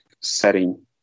setting